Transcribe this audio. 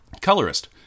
Colorist